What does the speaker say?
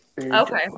Okay